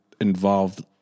involved